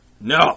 No